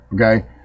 Okay